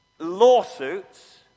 lawsuits